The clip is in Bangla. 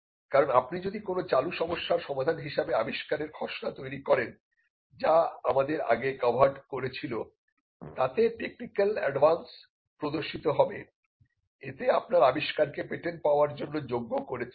কারণ আপনি যদি কোন চালু সমস্যার সমাধান হিসেবে আবিষ্কারের খসড়া তৈরি করেন যা আমাদের আগে কভার্ড করেছিল তাতে টেকনিক্যাল অ্যাডভান্স প্রদর্শিত হবে এতে আপনার আবিষ্কারকে পেটেন্ট পাওয়ার জন্য যোগ্য করে তুলবে